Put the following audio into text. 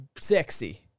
sexy